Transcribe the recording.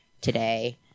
today